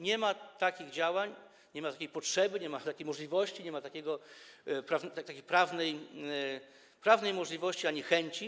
Nie ma takich działań, nie ma takiej potrzeby, nie ma takiej możliwości, nie ma takiej prawnej możliwości ani chęci.